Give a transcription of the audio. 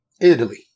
Italy